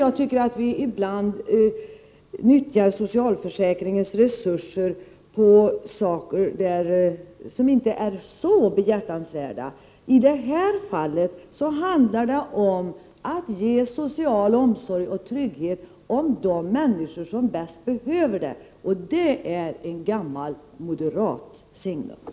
Jag tycker att vi ibland nyttjar socialförsäkringens resurser till saker som inte är så behjärtansvärda. I det här fallet handlar det om att ge social omsorg och trygghet till de människor som bäst behöver det, och det är en politik med gammalt moderat signum.